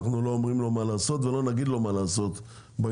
אנחנו לא אומרים לו מה לעשות ולא נגיד לו מה לעשות בעניין,